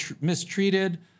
mistreated